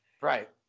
Right